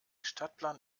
stadtplan